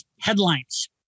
headlines